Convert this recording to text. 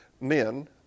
Men